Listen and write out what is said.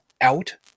out